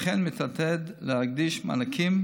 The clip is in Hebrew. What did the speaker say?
וכן הוא מתעתד להקדיש מענקים,